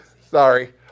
sorry